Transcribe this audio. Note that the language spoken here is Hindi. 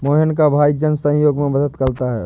मोहन का भाई जन सहयोग में मदद करता है